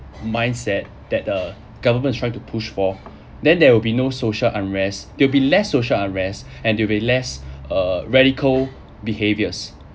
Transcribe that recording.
mindset that the government is trying to push for then there will be no social unrest there will be less social unrest and there will be less uh radical behaviors